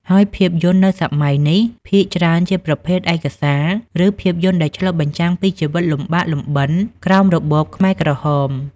ហើយភាពយន្តនៅសម័យនេះ ភាគច្រើនជាប្រភេទឯកសារ ឬភាពយន្តដែលឆ្លុះបញ្ចាំងពីជីវិតលំបាកលំបិនក្រោមរបបខ្មែរក្រហម។